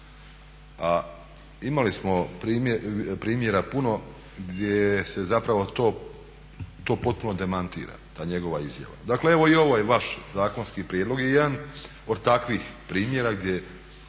a imali smo primjera puno gdje se zapravo to potpuno demantira, ta njegova izjava. Dakle evo i ovaj vaš zakonski prijedlog je jedan od takvih primjera gdje